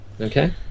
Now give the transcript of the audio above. Okay